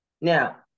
Now